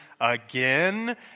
again